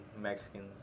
Mexicans